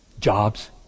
jobs